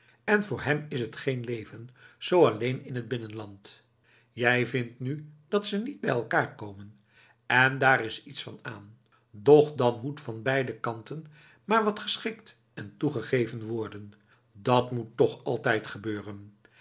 en voor hem is het geen leven zo alleen in het binnenland jij vindt nu dat ze niet bij elkaar komen en daar is iets van aan doch dan moet van beide kanten maar wat geschikt en toegegeven worden dat moet toch altijd gebeuren